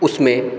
उसमें